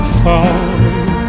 fall